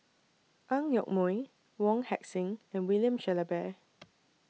Ang Yoke Mooi Wong Heck Sing and William Shellabear